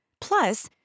Plus